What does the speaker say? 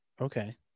Okay